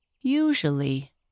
Usually